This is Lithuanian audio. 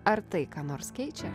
ar tai ką nors keičia